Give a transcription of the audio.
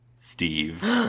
Steve